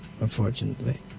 unfortunately